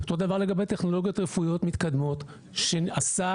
אותו דבר לגבי טכנולוגיות רפואיות מתקדמות שהסל,